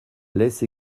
laisse